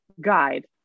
guide